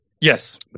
Yes